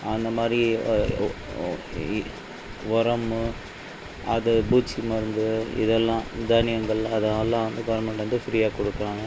அந்தமாதிரி ஒரம் அது பூச்சி மருந்து இதெல்லாம் தானியங்கள்லாம் அதெல்லாம் வந்து கவர்ன்மெண்ட் வந்து ஃபிரீயாக கொடுக்குறாங்க